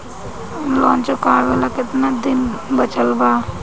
Loan चुकावे ला कितना दिन बचल बा?